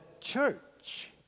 church